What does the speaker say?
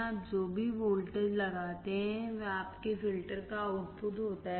आप जो भी वोल्टेज लगाते हैं वह आपके फिल्टर का आउटपुट होता है